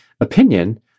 opinion